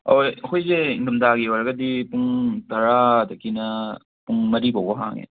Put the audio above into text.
ꯑꯍꯣꯏ ꯑꯩꯈꯣꯏꯁꯦ ꯅꯤꯡꯊꯝ ꯊꯥꯒꯤ ꯑꯣꯏꯔꯒꯗꯤ ꯄꯨꯡ ꯇꯔꯥꯗꯒꯤꯅ ꯄꯨꯡ ꯃꯔꯤ ꯕꯧꯕ ꯍꯥꯡꯉꯦ